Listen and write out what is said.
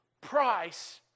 price